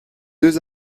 deux